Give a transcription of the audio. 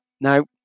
Now